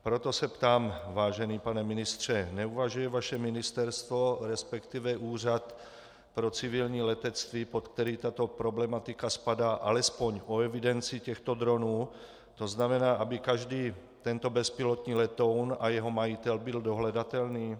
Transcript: Proto se ptám, vážený pane ministře: Neuvažuje vaše ministerstvo, resp. Úřad pro civilní letectví, pod který tato problematika spadá, alespoň o evidenci těchto dronů, to znamená, aby každý tento bezpilotní letoun a jeho majitel byl dohledatelný?